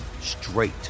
straight